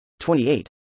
28